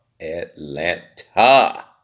Atlanta